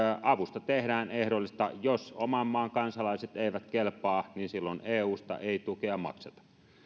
avusta tehdään ehdollista jos oman maan kansalaiset eivät kelpaa niin silloin eusta ei tukea makseta